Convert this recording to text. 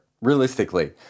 realistically